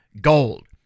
gold